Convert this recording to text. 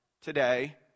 today